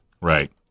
Right